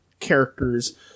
characters